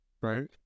Right